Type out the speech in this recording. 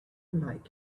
like